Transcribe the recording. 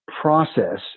process